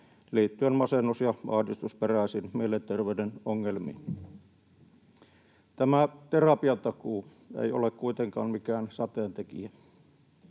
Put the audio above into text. liittyen masennus- ja ahdistusperäisiin mielenterveyden ongelmiin. Tämä terapiatakuu ei ole kuitenkaan mikään sateentekijä,